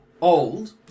old